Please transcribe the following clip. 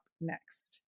next